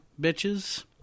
bitches